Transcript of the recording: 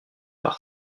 par